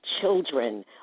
children